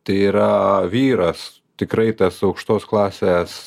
tai yra vyras tikrai tas aukštos klasės